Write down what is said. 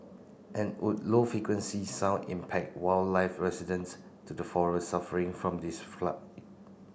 and would low frequency sound impact wildlife residents to the forests suffering from these